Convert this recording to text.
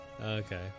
Okay